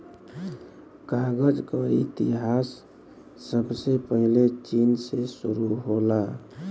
कागज क इतिहास सबसे पहिले चीन से शुरु होला